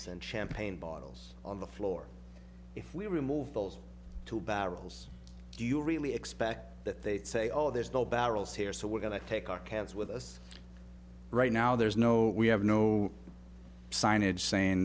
send champagne bottles on the floor if we removed those two barrels do you really expect that they'd say oh there's no barrels here so we're going to take our cats with us right now there's no we have no signage saying